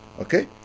Okay